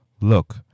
Look